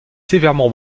sévèrement